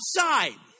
outside